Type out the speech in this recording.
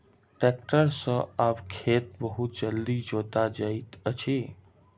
tractor सॅ आब खेत बहुत जल्दी जोता जाइत अछि